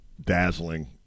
dazzling